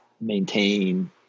maintain